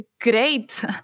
great